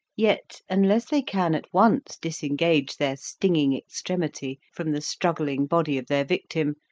yet unless they can at once disengage their stinging extremity from the struggling body of their victim,